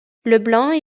leblanc